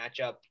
matchup